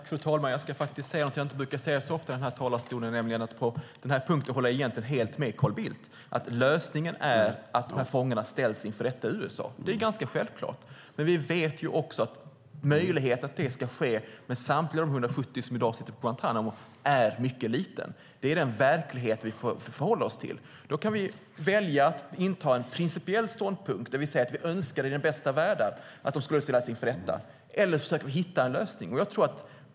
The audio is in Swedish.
Fru talman! Jag ska säga något som jag inte ofta säger från talarstolen, nämligen att jag på den här punkten helt håller med Carl Bildt. Lösningen är att dessa fångar ställs inför rätta i USA. Det är ganska självklart, men vi vet att möjligheten för att det ska ske vad gäller samtliga 170 som i dag sitter på Guantánamo är mycket liten. Det är den verklighet vi får förhålla oss till. Vi kan välja att inta en principiell ståndpunkt där vi säger att i den bästa av världar skulle de ställas inför rätta, eller så försöker vi hitta en lösning.